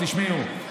תשמעו,